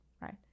right